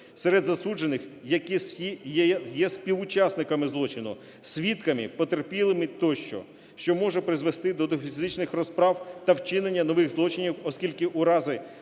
серед засуджених, які є співучасниками злочину, свідками, потерпілими тощо, що може призвести до фізичних розправ та вчинення нових злочинів, оскільки у разі